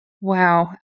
Wow